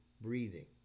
breathing